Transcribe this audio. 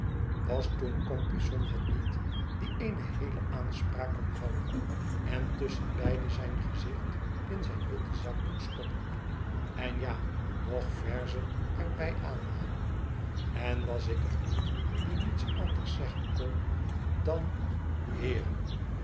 was toen compeyson het niet die eene heele aanspraak kon houden en tusschenbeide zijn gezicht in zijn witten zakdoek stoppen en ja nog verzen er bij aanhalen en was ik het niet die niets anders zeggen kon dan heeren